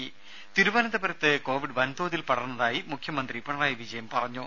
രേര തിരുവനന്തപുരത്ത് കോവിഡ് വൻതോതിൽ പടർന്നതായി മുഖ്യമന്ത്രി പിണറായി വിജയൻ പറഞ്ഞു